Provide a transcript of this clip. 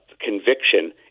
conviction